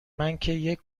نپوشیدم